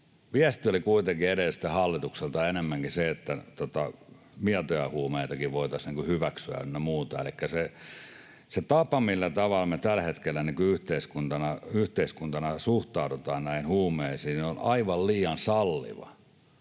Viesti oli kuitenkin edelliseltä hallitukselta enemmänkin se, että mietoja huumeitakin voitaisiin hyväksyä ynnä muuta. Elikkä se tapa, millä tavalla me tällä hetkellä yhteiskuntana suhtaudutaan näihin huumeisiin, on aivan liian salliva.